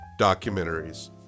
documentaries